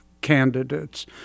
candidates